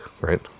right